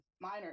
minor